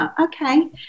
okay